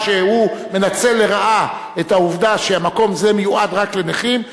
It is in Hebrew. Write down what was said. שהוא מנצל לרעה את העובדה שמקום זה מיועד רק לנכים,